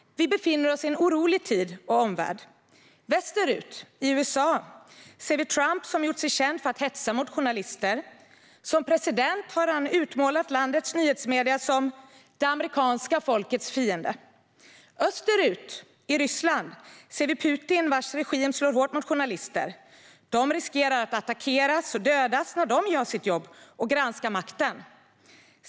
Vi befinner oss i en orolig tid och en orolig omvärld. Västerut, i USA, ser vi Trump, som gjort sig känd för att hetsa mot journalister. Som president har han utmålat landets nyhetsmedier som det amerikanska folkets fiender. Österut, i Ryssland, ser vi Putin, vars regim slår hårt mot journalister. De riskerar att attackeras och dödas när de gör sitt jobb och granskar makten.